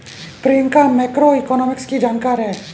Priyanka macroeconomics की जानकार है